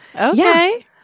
Okay